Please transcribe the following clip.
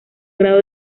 grado